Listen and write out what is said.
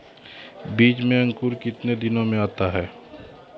बीज मे अंकुरण कितने दिनों मे आता हैं?